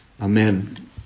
Amen